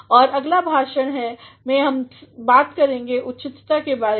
और अगला भाषण में हम बात कर रहे होंगे उचितता के बारे में